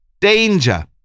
Danger